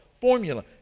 formula